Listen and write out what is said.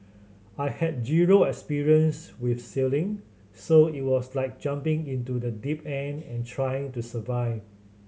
I had zero experience with sailing so it was like jumping into the deep end and trying to survive